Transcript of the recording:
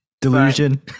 delusion